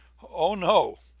oh, no,